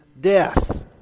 death